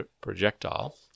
projectile